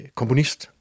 komponist